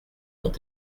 ont